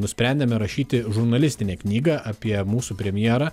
nusprendėme rašyti žurnalistinę knygą apie mūsų premjerą